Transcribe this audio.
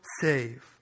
save